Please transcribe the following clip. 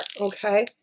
Okay